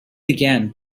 began